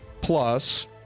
Plus